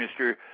Mr